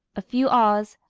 a few awls,